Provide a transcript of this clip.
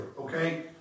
okay